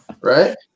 right